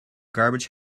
garbage